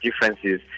differences